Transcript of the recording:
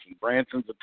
Branson's